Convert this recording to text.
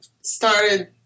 started